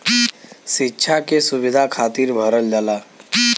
सिक्षा के सुविधा खातिर भरल जाला